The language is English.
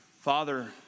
Father